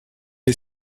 est